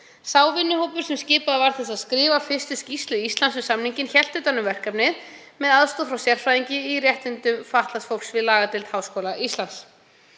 Sá vinnuhópur sem skipaður var til að skrifa fyrstu skýrslu Íslands um samninginn hélt utan um verkefnið með aðstoð frá sérfræðingi í réttindum fatlaðs fólks við lagadeild Háskóla Íslands.